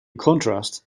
contrast